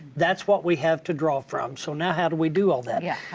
that's what we have to draw from. so now how do we do all that? yeah.